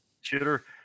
shooter